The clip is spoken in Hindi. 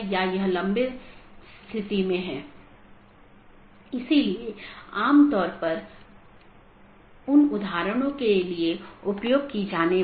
तीसरा वैकल्पिक सकर्मक है जो कि हर BGP कार्यान्वयन के लिए आवश्यक नहीं है